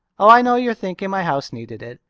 oh, i know you're thinking my house needed it.